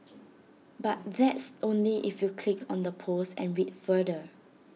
but that's only if you click on the post and read further